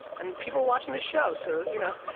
and people are watching this show so you know.